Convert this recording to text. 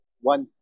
one